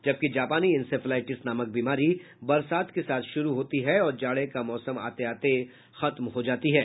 जबकि जापानी इंसेफलाइटिस नामक बीमारी बरसात के साथ शुरू होती है और जाड़े का मौसम आते आते खत्म हो जाती है